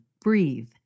Breathe